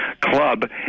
club